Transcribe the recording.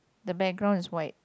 the background is white